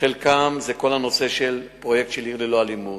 חלקה הוא כל הנושא של פרויקט "עיר ללא אלימות",